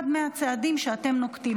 -- וזה אחד מהצעדים שאתם נוקטים.